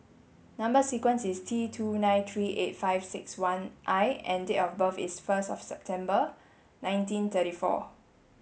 number sequence is T two nine three eight five six one I and date of birth is first of September nineteen thirty four